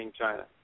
China